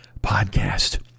podcast